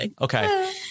Okay